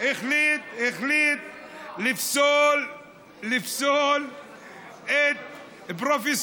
הוא החליט לפסול את פרופ'